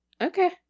Okay